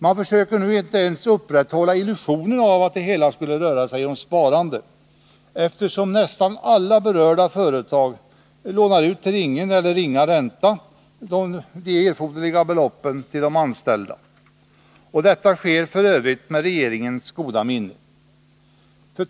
Man försöker inte ens upprätthålla illusionen om att det hela skulle röra sig om sparande, eftersom nästan alla berörda företag lånar ut till ingen eller ringa ränta de erforderliga beloppen till de anställda. Detta sker f. ö. med regeringens goda minne.